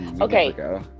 Okay